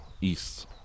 east